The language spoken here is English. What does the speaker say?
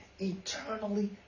eternally